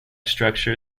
structure